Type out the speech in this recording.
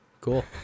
Cool